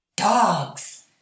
Dogs